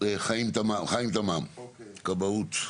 חיים תמם, מהכבאות,